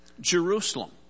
Jerusalem